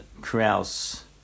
Kraus